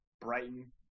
Brighton